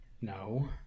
no